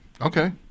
Okay